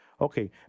Okay